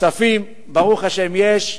כספים ברוך השם יש.